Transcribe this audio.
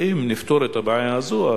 ואם נפתור את הבעיה הזאת,